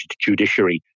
judiciary